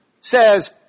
says